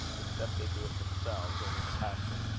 except they do it themselves, and in a passion.